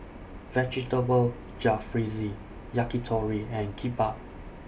Vegetable Jalfrezi Yakitori and Kimbap